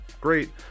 great